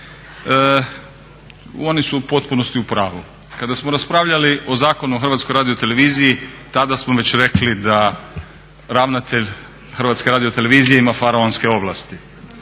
Oni su u potpunosti u pravu. Kada smo raspravljali o Zakonu o HRT-u tada smo već rekli da ravnatelj HRT-a ima faraonske ovlasti.